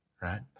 right